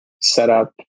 setup